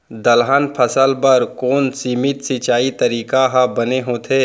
दलहन फसल बर कोन सीमित सिंचाई तरीका ह बने होथे?